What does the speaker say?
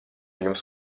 jums